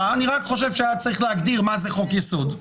אלא שאני חושב שהיה צריך להגדיר מה זה חוק יסוד.